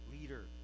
leader